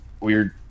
weird